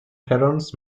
patterns